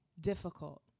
difficult